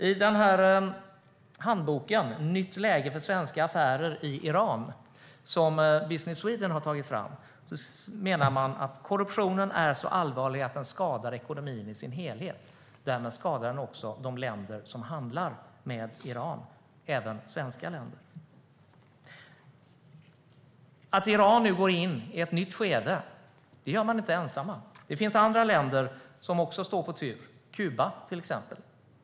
I handboken Nytt läge för svenska affärer i Iran som Business Sweden har tagit fram menar man att korruptionen är så allvarlig att den skadar ekonomin i sin helhet, och därmed skadar den också de länder som handlar med Iran och även Sverige. Iran går nu inte ensamt in i ett nytt skede. Det finns andra länder också som står på tur, till exempel Kuba.